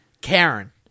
Karen